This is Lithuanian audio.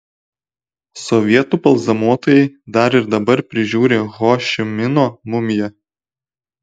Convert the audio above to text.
sovietų balzamuotojai dar ir dabar prižiūri ho ši mino mumiją